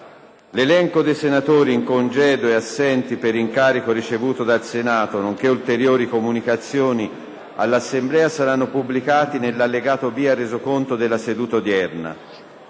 L’elenco dei senatori in congedo e assenti per incarico ricevuto dal Senato, nonche´ ulteriori comunicazioni all’Assemblea saranno pubblicati nell’allegato B al Resoconto della seduta odierna.